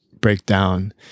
breakdown